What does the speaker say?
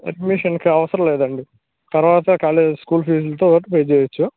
అడ్మిషన్కా అవసరం లేదండీ తర్వాత స్కూల్ ఫీజుతో పాటు పే చెయ్యచ్చు